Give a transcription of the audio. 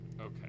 okay